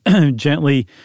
gently